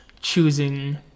choosing